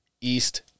East